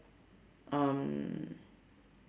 um